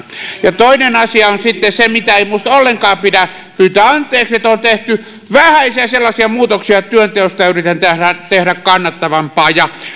ja toinen asia on sitten se mitä ei minusta ollenkaan pidä pyytää anteeksi että on tehty vähäisiä sellaisia muutoksia että työnteosta yritetään tehdä kannattavampaa